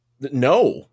No